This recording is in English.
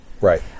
Right